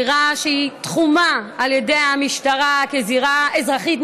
זירה שתחומה על ידי המשטרה כזירה אזרחית,